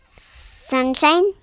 Sunshine